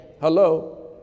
hello